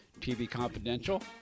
tvconfidential